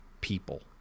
people